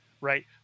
right